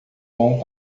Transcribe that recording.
bom